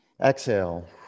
exhale